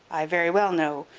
i very well know.